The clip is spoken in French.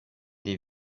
des